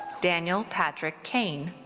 daniel patrick kane.